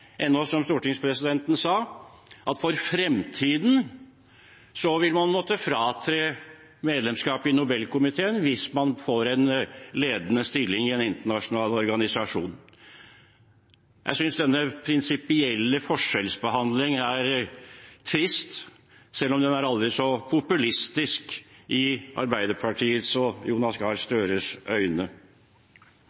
som stortingspresidenten sa – for fremtiden vil måtte fratre sitt medlemskap i Nobelkomiteen hvis man får en ledende stilling i en internasjonal organisasjon. Jeg synes denne prinsipielle forskjellsbehandlingen er trist, selv om den er aldri så populistisk i Arbeiderpartiet og Jonas Gahr